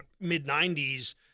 mid-90s